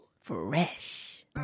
Fresh